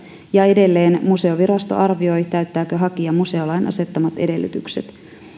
ja edelleen museovirasto arvioi täyttääkö hakija museolain asettamat edellytykset